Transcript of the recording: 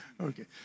okay